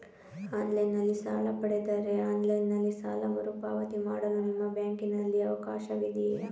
Online ನಲ್ಲಿ ಸಾಲ ಪಡೆದರೆ ಆಫ್ಲೈನ್ ನಲ್ಲಿ ಸಾಲ ಮರುಪಾವತಿ ಮಾಡಲು ನಿಮ್ಮ ಬ್ಯಾಂಕಿನಲ್ಲಿ ಅವಕಾಶವಿದೆಯಾ?